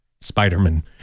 Spider-Man